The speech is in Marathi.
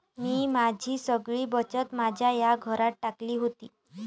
मी माझी सगळी बचत माझ्या या घरात टाकली होती